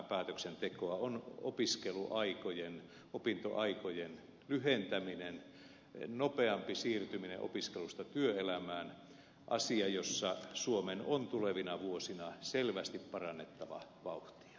se on opintoaikojen lyhentäminen nopeampi siirtyminen opiskelusta työelämään asia jossa suomen on tulevina vuosina selvästi parannettava vauhtia